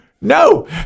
No